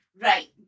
Right